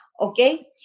okay